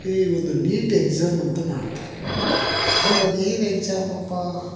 ಈ ಒಂದು NEET exam ಅಂತ ಮಾಡ್ತಾರೆ ಅಂದ್ರೆ ಅದೇನು ಎಕ್ಸಾಮ್ ಅಪ್ಪ